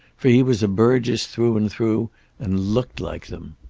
for he was a burgess through and through and looked like them.